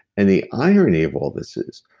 and the irony of all this is,